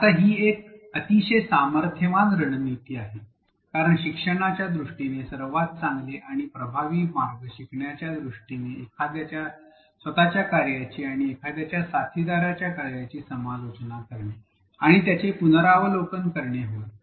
आता ही एक अतिशय सामर्थ्यवान रणनीती आहे कारण शिक्षणाच्या दृष्टीने सर्वात चांगले आणि प्रभावी मार्ग शिकण्याच्या दृष्टीने एखाद्याच्या स्वत च्या कार्याची आणि एखाद्याच्या साथीदारांच्या कार्याची समालोचना करणे आणि त्याचे पुनरावलोकन करणे होय